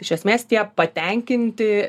iš esmės tie patenkinti